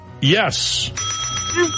Yes